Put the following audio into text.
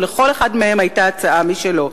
ולכל אחד מהם היתה הצעה משלו.